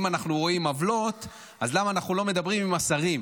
שאם אנחנו רואים עוולות אז למה אנחנו לא מדברים עם השרים.